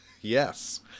Yes